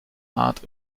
art